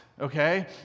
okay